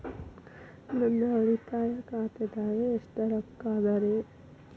ನನ್ನ ಉಳಿತಾಯ ಖಾತಾದಾಗ ಎಷ್ಟ ರೊಕ್ಕ ಅದ ರೇ?